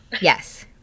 Yes